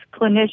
clinicians